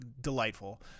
delightful